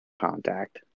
contact